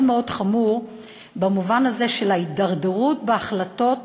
מאוד חמור במובן הזה של ההידרדרות בהחלטות